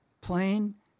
plain